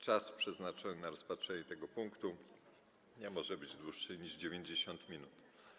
Czas przeznaczony na rozpatrzenie tego punktu nie może być dłuższy niż 90 minut.